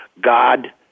God